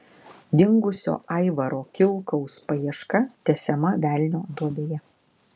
dingusio aivaro kilkaus paieška tęsiama velnio duobėje